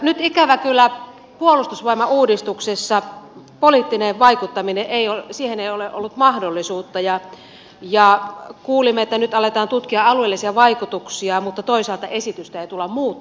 nyt ikävä kyllä puolustusvoimauudistuksessa poliittiseen vaikuttamiseen ei ole ollut mahdollisuutta ja kuulimme että nyt aletaan tutkia alueellisia vaikutuksia mutta toisaalta esitystä ei tulla muuttamaan